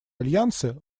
альянсы